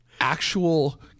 actual